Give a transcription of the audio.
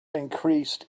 increased